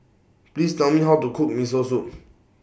Please Tell Me How to Cook Miso Soup